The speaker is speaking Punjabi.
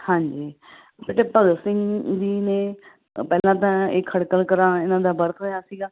ਹਾਂਜੀ ਬੇਟੇ ਭਗਤ ਸਿੰਘ ਜੀ ਨੇ ਪਹਿਲਾਂ ਤਾਂ ਇਹ ਖਟਕੜ ਕਲਾਂ ਇਹਨਾਂ ਦਾ ਬਰਥ ਹੋਇਆ ਸੀਗਾ